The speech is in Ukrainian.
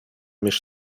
між